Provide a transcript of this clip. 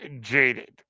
Jaded